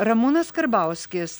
ramūnas karbauskis